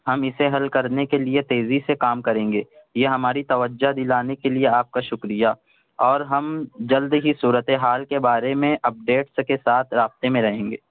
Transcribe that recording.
ہم اسے حل کرنے کے لیے تیزی سے کام کریں گے یہ ہماری توجہ دلانے کے لیے آپ کا شکریہ اور ہم جلد ہی صورت حال کے بارے میں اپڈیٹس کے ساتھ رابطے میں رہیں گے